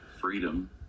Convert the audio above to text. freedom